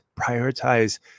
prioritize